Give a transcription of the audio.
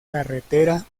carretera